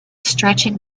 stretching